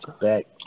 back